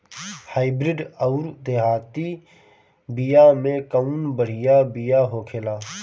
Hybrid अउर देहाती बिया मे कउन बढ़िया बिया होखेला?